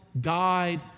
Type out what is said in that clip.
died